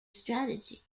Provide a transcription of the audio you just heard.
strategy